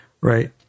Right